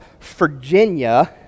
Virginia